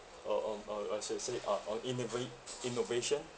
or um or or should I say uh orh innovate innovation